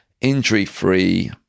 injury-free